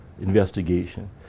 investigation